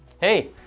Hey